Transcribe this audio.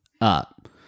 up